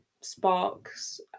Sparks